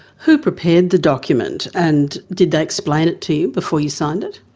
who prepared the document and did they explain it to you before you signed it?